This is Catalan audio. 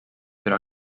però